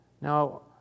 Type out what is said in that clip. Now